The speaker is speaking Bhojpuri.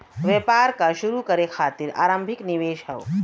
व्यापार क शुरू करे खातिर आरम्भिक निवेश हौ